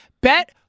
Bet